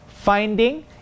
finding